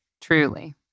Truly